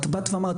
את אמרת,